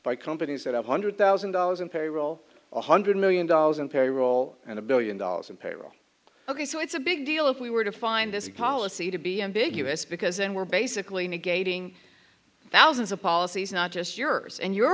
by companies that have hundred thousand dollars in payroll one hundred million dollars in payroll and a billion dollars in payroll ok so it's a big deal if we were to find this policy to be ambiguous because then we're basically negating thousands of policies not just yours and your